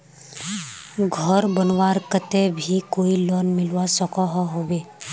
घोर बनवार केते भी कोई लोन मिलवा सकोहो होबे?